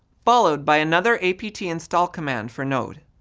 followed by another apt install command for node.